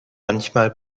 manchmal